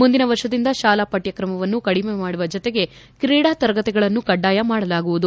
ಮುಂದಿನ ವರ್ಷದಿಂದ ಶಾಲಾ ಪಠ್ವಕ್ರಮವನ್ನು ಕಡಿಮೆ ಮಾಡುವ ಜೊತೆಗೆ ಕ್ರೀಡಾ ತರಗತಿಗಳನ್ನು ಕಡ್ವಾಯ ಮಾಡಲಾಗುವುದು